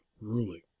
ruling